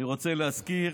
אני רוצה להזכיר